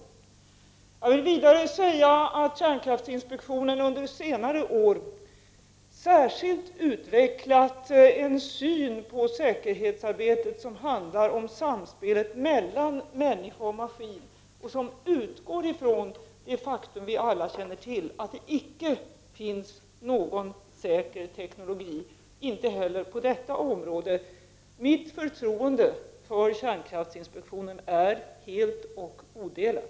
Vidare vill jag säga att kärnkraftinspektionen under senare år särskilt har utvecklat en syn på säkerhetsarbetet som berör samspelet mellan människa och maskin och som utgår från det faktum vi alla känner till: att det icke finns någon säker teknologi. inte heller på detta område. Mitt förtroende för kärnkraftinspektionen är helt och odelat.